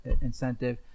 incentive